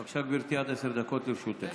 בבקשה, גברתי, עד עשר דקות לרשותך.